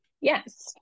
Yes